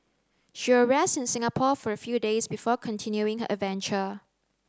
she will rest in Singapore for a few days before continuing her adventure